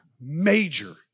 major